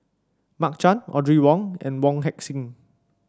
Mark Chan Audrey Wong and Wong Heck Sing